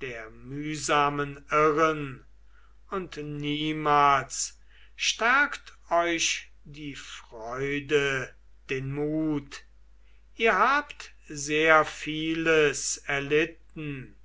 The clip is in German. der mühsamen irren und niemals stärkt euch die freude den mut ihr habt sehr vieles erlitten